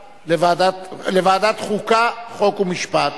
החוקה, חוק ומשפט.